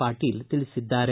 ಪಾಟೀಲ್ ತಿಳಿಸಿದ್ದಾರೆ